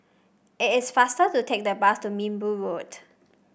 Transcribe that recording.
it is faster to take the bus to Minbu Road